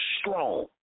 strong